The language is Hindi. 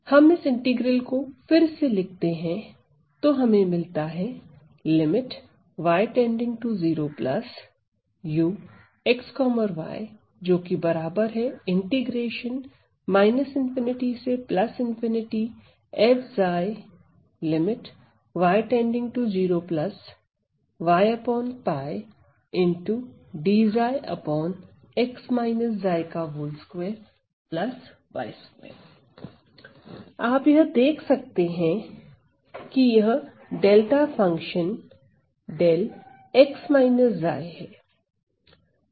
हम इस इंटीग्रल को फिर से लिखते हैं तो हमें मिलता है आप यह देख सकते हैं कि यह डेल्टा फंक्शन 𝜹x 𝛏 है